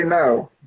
no